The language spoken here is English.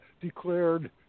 declared